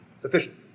Sufficient